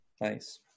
Nice